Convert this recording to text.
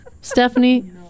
stephanie